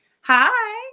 Hi